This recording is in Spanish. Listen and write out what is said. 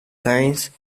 sainz